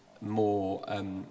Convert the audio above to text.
more